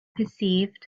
perceived